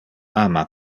ama